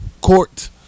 court